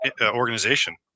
organization